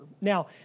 Now